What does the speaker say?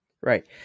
Right